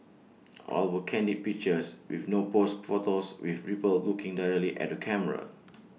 all were candid pictures with no posed photos with people looking directly at the camera